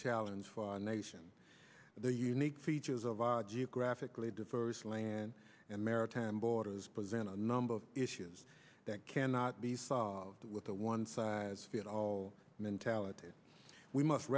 challenge for our nation the unique features of our geographically diverse land and maritime borders present a number of issues that cannot be solved with a one size fits all mentality we must